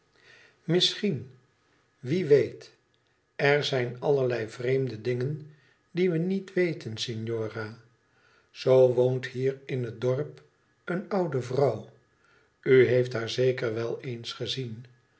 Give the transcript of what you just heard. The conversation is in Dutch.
misschien wie weet er zijn allerlei vrecmcic dingen die we niet weten signora zoo woont hier in het dorp een oude vrouw u heeft haar zeker we eens gezien